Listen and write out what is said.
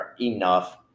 enough